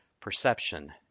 Perception